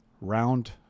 round